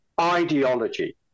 ideology